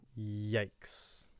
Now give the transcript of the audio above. yikes